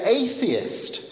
atheist